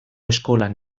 eskolan